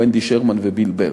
וונדי שרמן וביל בארנס.